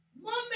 Mommy